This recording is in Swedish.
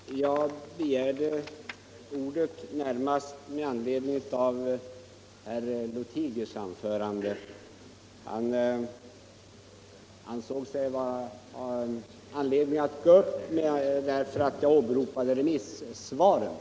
Herr talman! Jag begärde ordet närmast med anledning av herr Lothigius anförande. Han ansåg sig ha anledning aut gå upp i talarstolen eftersom jag hade åberopat remissvaren.